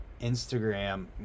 Instagram